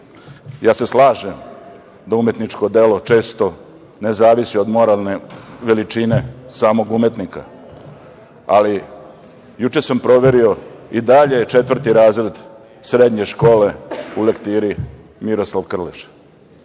se slažem da umetničko delo često ne zavisi od moralne veličine samog umetnika, ali juče sam proverio. I dalje je za četvrti razred srednje škole u lektiri Miroslav Krleža. Jeste